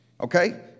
Okay